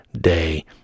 day